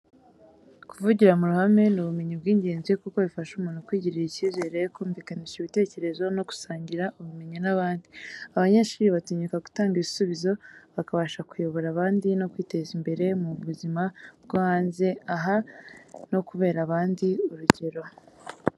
Kuvugira mu ruhame ni ubumenyi bw’ingenzi, kuko bifasha umuntu kwigirira icyizere, kumvikanisha ibitekerezo no gusangira ubumenyi n’abandi. Abanyeshuri batinyuka gutanga ibisubizo, bakabasha kuyobora abandi no kwiteza imbere mu buzima bwo hanze aha no kubera abandi urugero.